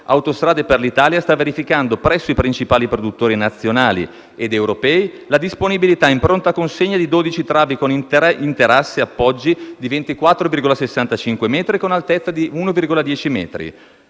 Autostrade per l'Italia sta verificando presso i principali produttori nazionali ed europei la disponibilità in pronta consegna di 12 travi con interasse appoggi di 24,65 metri e con altezza di 1,10 metri.